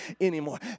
anymore